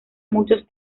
muchos